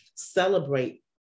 celebrate